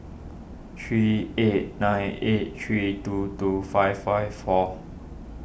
three eight nine eight three two two five five four